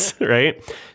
right